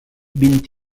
vint